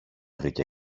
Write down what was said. βρήκε